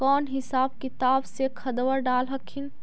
कौन हिसाब किताब से खदबा डाल हखिन?